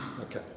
Okay